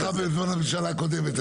הלשכה הקודמת נפתחה בזמן הממשלה הקודמת,